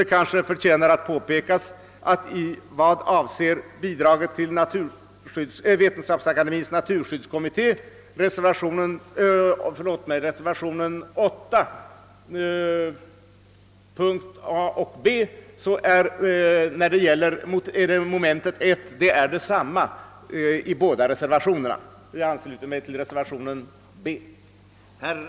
Det kanske förtjänar att påpekas att beträffande bidraget till Vetenskapsakademiens naturskyddskom mitté finns detta medtaget i båda reservationernas moment 1. Jag ber att få yrka bifall till reservationen 8 b.